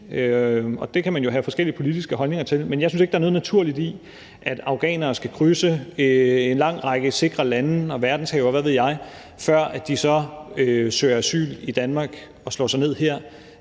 det kan man jo have forskellige politiske holdninger til – at afghanere skal krydse en lang række sikre lande og verdenshave, og hvad ved jeg, før de så søger asyl i Danmark og slår sig ned her.